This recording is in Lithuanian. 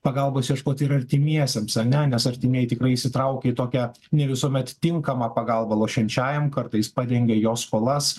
pagalbos ieškoti ir artimiesiems ane nes artimieji tikrai įsitraukia į tokią ne visuomet tinkamą pagalbą lošiančiajam kartais padengia jo skolas